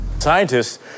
Scientists